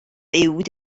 uwd